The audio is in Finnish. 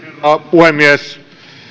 puhemies